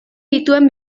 dituen